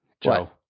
Joe